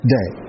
Day